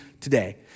today